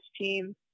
team